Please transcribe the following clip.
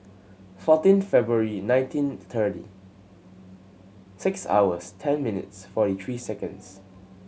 fourteen February nineteen thirty six hours ten minutes forty three seconds